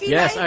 Yes